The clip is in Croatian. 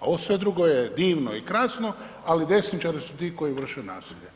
a ovo sve drugo je divno i krasno, ali desničari su ti koji vrše nasilje.